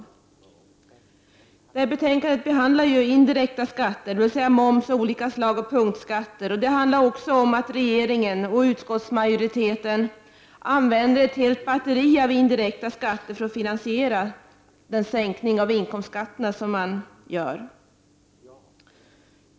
Detta betänkande handlar ju om indirekta skatter, dvs. moms och olika slag av punktskatter. Det handlar också om att regeringen och utskottsmajoriteten använder ett helt batteri av indirekta skatter för att finansiera sänkta inkomstskatter.